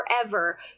forever